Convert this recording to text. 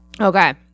Okay